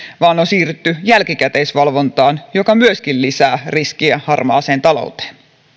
vaan on siirrytty jälkikäteisvalvontaan joka myöskin lisää riskiä harmaaseen talouteen